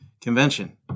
convention